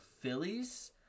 Phillies